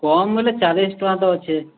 କମ୍ ବୋଇଲେ ଚାଳିଶ୍ ଟଙ୍କା ତ ଅଛେ